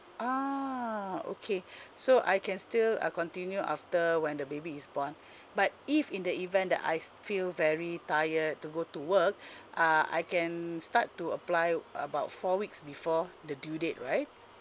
ah okay so I can still uh continue after when the baby is born but if in the event that I feel very tired to go to work uh I can start to apply about four weeks before the due date right